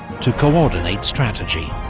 to co-ordinate strategy.